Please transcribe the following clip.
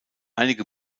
einige